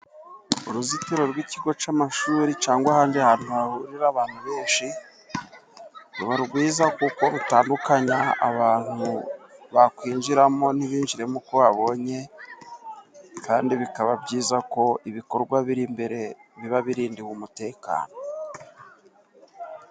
Uruzitiro rw'ikigo cy'amashuri cyangwa ahandi hantu hahurira abantu benshi, ruba rwiza kuko rutandukanya abantu, bakwinjiramo ntibinjiremo uko babonye, kandi bikaba byiza ko ibikorwa biri imbere biba birindiwe umutekano.